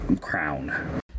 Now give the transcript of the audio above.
crown